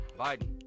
Biden